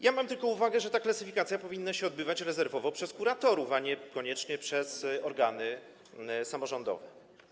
Ja mam tylko taką uwagę, że ta klasyfikacja powinna być dokonywana rezerwowo przez kuratorów, a niekoniecznie przez organy samorządowe.